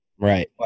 Right